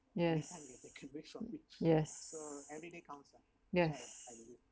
yes yes yes